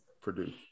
Purdue